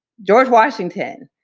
george washington,